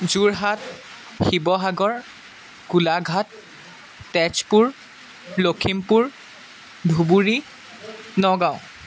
Jorhat Sivasagar Golaghat Tezpur Lakhimpur Dhubri Nagaon